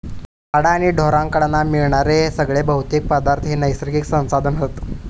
झाडा आणि ढोरांकडना मिळणारे सगळे भौतिक पदार्थ हे नैसर्गिक संसाधन हत